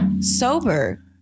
sober